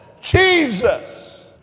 Jesus